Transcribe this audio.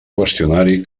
qüestionari